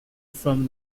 from